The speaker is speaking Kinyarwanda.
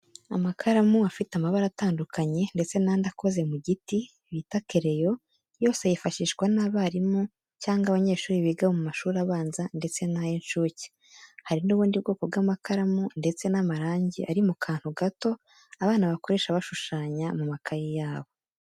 Amakaramu afite amabara atandukanye, ndetse n'andi akoze mu giti bita kereyo, yose yifashishwa n'abarimu cyangwa n'abanyeshuri biga mu mashuri abanza ndetse n'ay'incuke, hari n'ubundi bwoko bw'amakaramu, ndetse n'amarangi ari mu kantu gato abana bato bakoresha bashushanya mu makayi yabo.